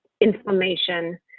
inflammation